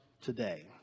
today